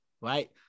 right